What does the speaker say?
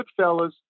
Goodfellas